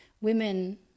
women